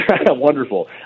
Wonderful